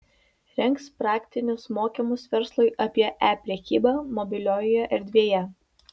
rengs praktinius mokymus verslui apie e prekybą mobiliojoje erdvėje